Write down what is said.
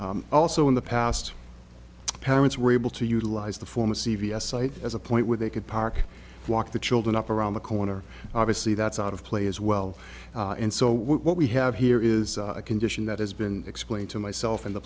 also in the past parents were able to utilize the former c v s site as a point where they could park walk the children up around the corner obviously that's out of play as well and so what we have here is a condition that has been explained to myself in the